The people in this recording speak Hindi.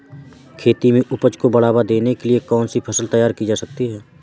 खेती में उपज को बढ़ावा देने के लिए कौन सी फसल तैयार की जा सकती है?